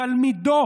תלמידו